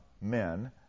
men